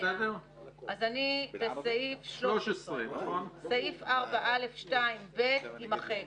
אז אני בסעיף 13: סעיף 4(א)(2)(ב) יימחק.